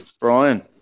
Brian